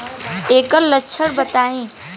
एकर लक्षण बताई?